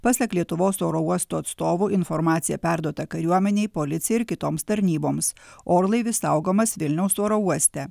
pasak lietuvos oro uosto atstovų informacija perduota kariuomenei policijai ir kitoms tarnyboms orlaivis saugomas vilniaus oro uoste